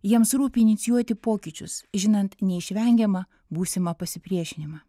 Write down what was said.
jiems rūpi inicijuoti pokyčius žinant neišvengiamą būsimą pasipriešinimą